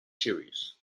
series